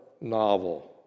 novel